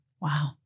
Wow